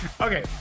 Okay